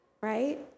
Right